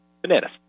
Bananas